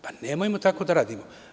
Pa, nemojmo tako da radimo.